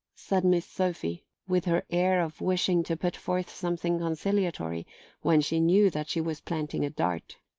said miss sophy, with her air of wishing to put forth something conciliatory when she knew that she was planting a dart.